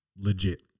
Legit